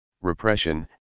repression